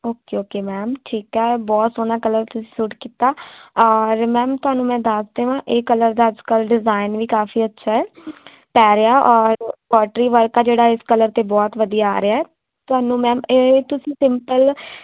okay okay ma'am ਠੀਕ ਹੈ ਬਹੁਤ ਸੋਹਣਾ ਕਲਰ ਤੁਸੀਂ ਸੂਟ ਕੀਤਾ ਔਰ ਮੈਮ ਤੁਹਾਨੂੰ ਮੈਂ ਦੱਸ ਦੇਵਾਂ ਇਹ ਕਲਰ ਦਾ ਅੱਜ ਕੱਲ੍ਹ ਡਿਜ਼ਾਇਨ ਵੀ ਕਾਫੀ ਅੱਛਾ ਹੈ ਪੈ ਰਿਹਾ ਔਰ ਪੋਟਰੀ ਵਰਕ ਆ ਜਿਹੜਾ ਇਸ ਕਲਰ 'ਤੇ ਬਹੁਤ ਵਧੀਆ ਆ ਰਿਹਾ ਤੁਹਾਨੂੰ ਮੈਮ ਇਹ ਤੁਸੀਂ ਸਿੰਪਲ